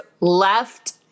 left